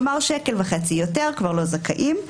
כלומר שקל וחצי יותר כבר לא זכאים,